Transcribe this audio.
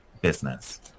business